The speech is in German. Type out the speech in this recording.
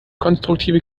konstruktive